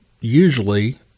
usually